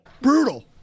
Brutal